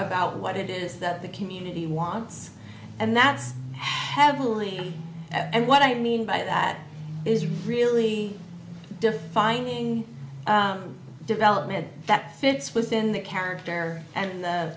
about what it is that the community wants and that's heavily and what i mean by that is really defining development that fits within the character and the